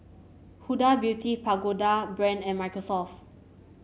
Huda Beauty Pagoda Brand and Microsoft